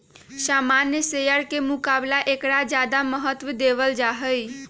सामान्य शेयर के मुकाबला ऐकरा ज्यादा महत्व देवल जाहई